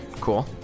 cool